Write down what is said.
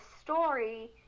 story